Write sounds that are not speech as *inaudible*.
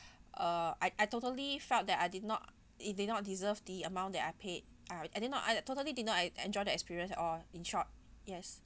*breath* uh I I totally felt that I did not it did not deserve the amount that I paid uh and then not I totally did not en~ enjoy the experience at all in short yes